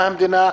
מהמדינה,